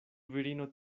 virino